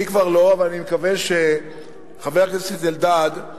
אני כבר לא, אבל אני מקווה שחבר הכנסת אלדד כן